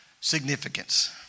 significance